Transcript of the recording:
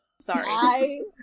Sorry